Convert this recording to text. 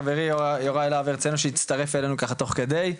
חברי יוראי להב הרצנו שהצטרף אלינו תוך כדי.